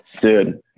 Dude